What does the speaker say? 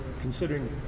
considering